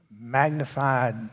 Magnified